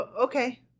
Okay